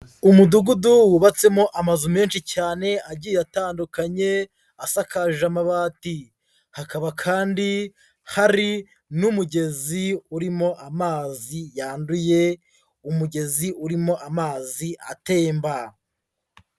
Umudugudu wubatsemo amazu menshi cyane agiye atandukanye, asakaje amabati. Hakaba kandi hari n'umugezi urimo amazi yanduye, umugezi urimo amazi atemba.